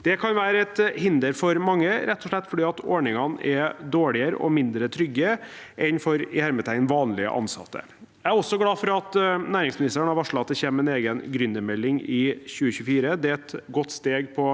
Det kan være et hinder for mange, rett og slett fordi ordningene er dårligere og mindre trygge enn for «vanlige ansatte». Jeg er også glad for at næringsministeren har varslet at det kommer en egen gründermelding i 2024. Det er i alle fall et godt steg på